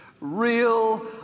real